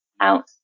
out